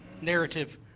narrative